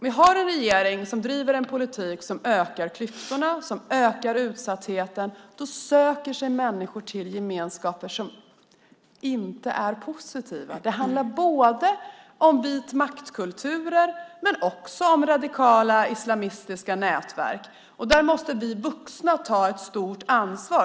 Vi har en regering som driver en politik som ökar klyftorna och utsattheten. Då söker sig människor till gemenskaper som inte är positiva. Det handlar om både vitmaktkulturer och radikala islamistiska nätverk. Där måste vi vuxna ta ett stort ansvar.